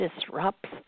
disrupts